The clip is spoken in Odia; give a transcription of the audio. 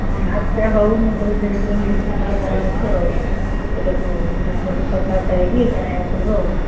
ହଁ ଆଚ୍ଛା ହଉ ମୁଁ ସବୁ ଧୀରେ ଧୀରେ ଲିଷ୍ଟ୍ ଗୋଟେ ଗୋଟେ ବନଉଛି ଆଉ ସେଇଟାକୁ କଥାବାର୍ତ୍ତା ହେଇକି ଜଣେଇବାକୁ ପଡ଼ିବ ଆଉ